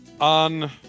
On